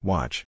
Watch